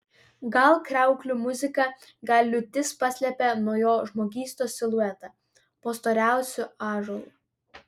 gal kriauklių muzika gal liūtis paslėpė nuo jo žmogystos siluetą po storiausiu ąžuolu